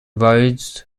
rhodes